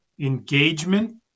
engagement